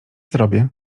zrobię